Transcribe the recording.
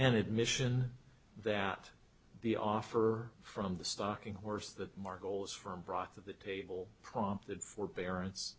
an admission that the offer from the stocking horse that mark olds from brought to the table prompted forbearance